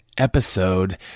episode